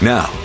Now